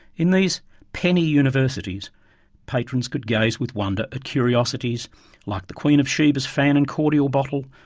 in these penny universities patrons could gaze with wonder at curiosities like the queen of sheba's fan and cordial bottle,